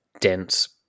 dense